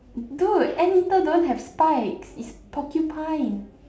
dude anteater don't have spikes is porcupine